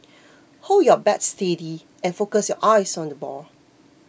hold your bat steady and focus your eyes on the ball